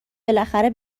بالاخره